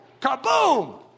Kaboom